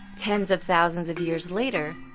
tens of thousands of years later,